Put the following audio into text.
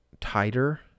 tighter